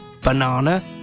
banana